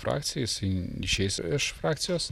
frakcijai jisai išeis iš frakcijos